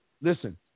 Listen